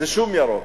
זה שום ירוק.